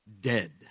dead